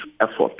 effort